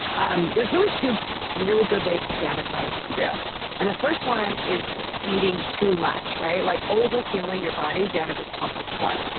um there's really two really good ways to damage mitochondria and the first one is just eating too much, right? like over fueling your body damages complex one,